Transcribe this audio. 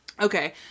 okay